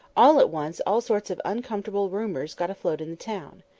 all at once all sorts of uncomfortable rumours got afloat in the town.